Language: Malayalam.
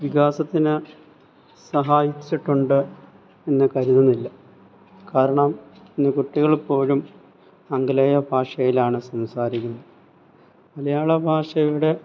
വികാസത്തിന് സഹായിച്ചിട്ടുണ്ട് എന്ന് കരുതുന്നില്ല കാരണം ഇന്ന് കുട്ടികൾ പോലും ആംഗലേയ ഭാഷയിലാണ് സംസാരിക്കുന്ന് മലയാളഭാഷയുടെ